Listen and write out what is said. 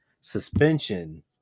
suspension